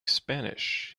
spanish